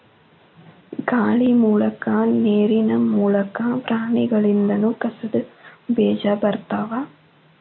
ಗಾಳಿ ಮೂಲಕಾ ನೇರಿನ ಮೂಲಕಾ, ಪ್ರಾಣಿಗಳಿಂದನು ಕಸದ ಬೇಜಾ ಬರತಾವ